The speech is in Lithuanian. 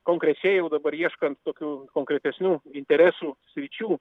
konkrečiai jau dabar ieškant tokių konkretesnių interesų sričių